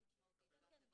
אנחנו כתובת מאוד משמעותית.